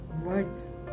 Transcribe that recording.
words